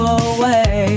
away